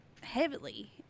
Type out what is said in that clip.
heavily